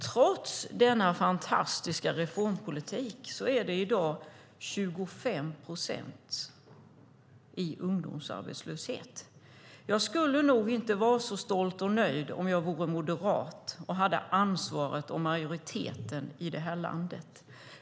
Trots denna fantastiska reformpolitik är det i dag 25 procent ungdomsarbetslöshet. Jag skulle nog inte vara så stolt och nöjd om jag vore moderat och hade ansvaret och majoriteten i detta land.